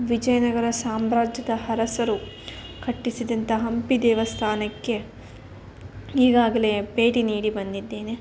ವಿಜಯನಗರ ಸಾಮ್ರಾಜ್ಯದ ಅರಸರು ಕಟ್ಟಿಸಿದಂಥ ಹಂಪಿ ದೇವಸ್ಥಾನಕ್ಕೆ ಈಗಾಗಲೇ ಭೇಟಿ ನೀಡಿ ಬಂದಿದ್ದೇನೆ